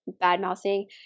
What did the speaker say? bad-mouthing